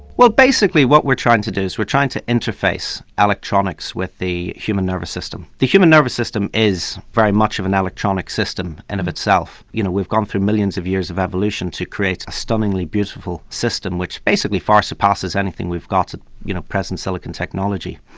well basically what we're trying to do is we're trying to interface electronics with the human nervous system. the human nervous system is very much of an electronic system and of itself. you know we've gone through millions of years of evolution to create a stunningly beautiful system which basically far surpasses anything we've got in our you know present silicon technology.